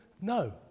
no